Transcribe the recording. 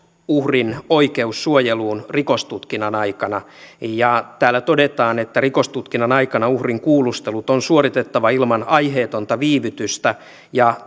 uhrin oikeus suojeluun rikostutkinnan aikana ja täällä todetaan että rikostutkinnan aikana uhrin kuulustelut on suoritettava ilman aiheetonta viivytystä ja